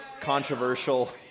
controversial